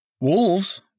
wolves